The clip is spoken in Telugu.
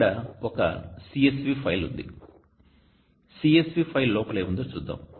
ఇక్కడ ఒక CSV ఫైల్ ఉంది CSV ఫైల్ లోపల ఏముందో చూద్దాం